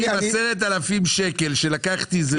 האם 10,000 שקל שלקחתי זה זוטות?